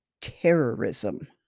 terrorism